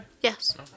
Yes